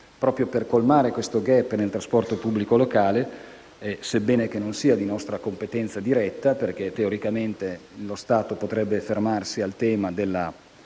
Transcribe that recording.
proprio per colmare questo *gap* nel trasporto pubblico locale, sebbene non sia di nostra competenza diretta perché teoricamente lo Stato potrebbe fermarsi al tema del